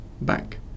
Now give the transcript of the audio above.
back